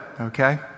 okay